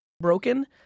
broken